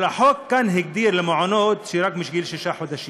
אבל החוק כאן הגדיר למעונות רק מגיל שישה חודשים.